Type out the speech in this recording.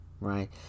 right